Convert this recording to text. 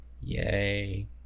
Yay